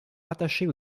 rattachées